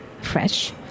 fresh